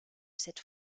cette